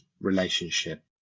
relationship